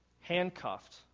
handcuffed